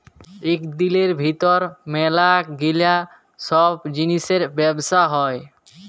ইক দিলের ভিতর ম্যালা গিলা ছব জিলিসের ব্যবসা হ্যয়